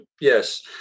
Yes